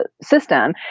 system